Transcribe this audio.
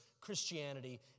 Christianity